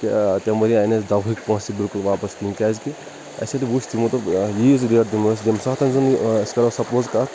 کہِ تِمہِ ؤرۍ یہِ آیہِ نہٕ اَسہِ دَوہٕکۍ پونٛسہٕ تہِ بِلکُل واپَس کِہیٖنۍ کِیٛازِ کہِ اَسہِ ییٚلہِ وُچھِ تمو دوٚپ ییٖژ گٔیہ تمہِ ساتہٕ تہٕ یِم أسۍ کَرُو سَپُوٗز کَتھ